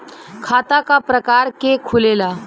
खाता क प्रकार के खुलेला?